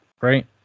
right